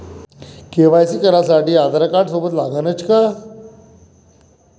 KYC करासाठी आधारकार्ड सोबत लागनच का?